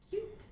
cute